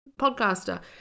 podcaster